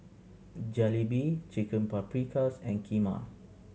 Jalebi Chicken Paprikas and Kheema